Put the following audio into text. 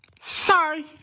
Sorry